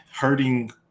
hurting